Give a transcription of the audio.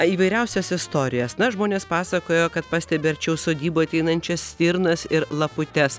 įvairiausias istorijas na žmonės pasakojo kad pastebi arčiau sodybų ateinančias stirnas ir laputes